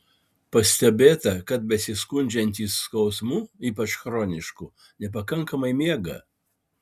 pastebėta kad besiskundžiantys skausmu ypač chronišku nepakankamai miega